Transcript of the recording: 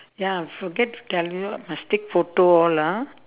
ya forget to tell you must take photo all ah